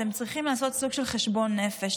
אתם צריכים לעשות סוג של חשבון נפש.